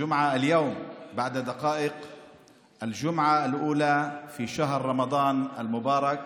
היום בעוד כמה דקות יחול השבוע הראשון של חודש רמדאן המבורך,